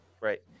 right